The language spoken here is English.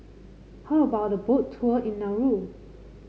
how about a Boat Tour in Nauru